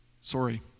sorry